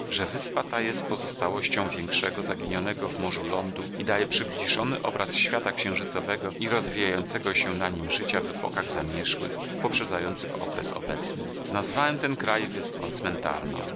że wyspa ta jest pozostałością większego zaginionego w morzu lądu i daje przybliżony obraz świata księżycowego i rozwijającego się na nim życia w epokach zamierzchłych poprzedzających okres obecny nazwałem ten kraj wyspą cmentarną